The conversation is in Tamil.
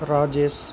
ராஜேஷ்